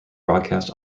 broadcast